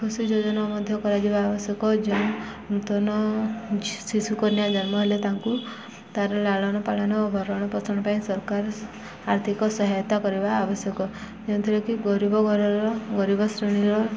ଖୁସି ଯୋଜନା ମଧ୍ୟ କରାଯିବା ଆବଶ୍ୟକ ଯେଉଁ ନୂତନ ଶିଶୁ କନ୍ୟା ଜନ୍ମ ହେଲେ ତାଙ୍କୁ ତା'ର ଲାଳନ ପାଳନ ଓ ଭରଣ ପୋଷଣ ପାଇଁ ସରକାର ଆର୍ଥିକ ସହାୟତା କରିବା ଆବଶ୍ୟକ ଯେଉଁଥିରେକି ଗରୀବ ଘରର ଗରୀବ ଶ୍ରେଣୀର